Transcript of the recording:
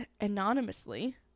anonymously